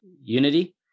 unity